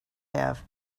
have